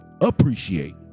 appreciate